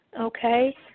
okay